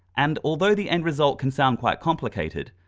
and although the end result can sound quite complicated,